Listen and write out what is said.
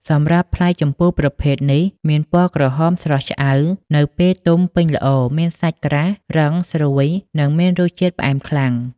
សម្រាប់ផ្លែជម្ពូប្រភេទនេះមានពណ៌ក្រហមស្រស់ឆ្អៅនៅពេលទុំពេញល្អ មានសាច់ក្រាស់ រឹង ស្រួយ និងមានរសជាតិផ្អែមខ្លាំង។